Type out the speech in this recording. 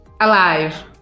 alive